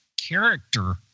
character